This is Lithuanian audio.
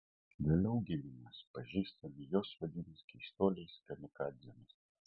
vėliau giminės pažįstami juos vadins keistuoliais kamikadzėmis